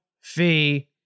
fee